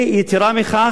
ויתירה מכך,